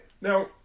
Now